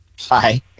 Hi